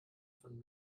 von